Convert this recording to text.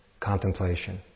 contemplation